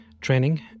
training